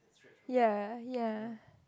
ya ya